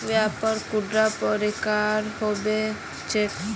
व्यापार कैडा प्रकारेर होबे चेक?